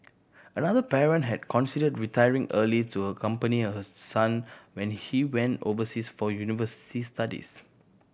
another parent had considered retiring early to accompany her son when he went overseas for university studies